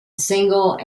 single